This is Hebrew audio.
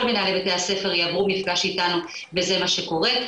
מנהלי בתי הספר יעברו מפגש איתנו וזה מה שקורה,